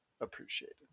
appreciated